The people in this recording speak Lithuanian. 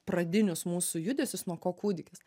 pradinius mūsų judesius nuo ko kūdikis